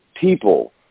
people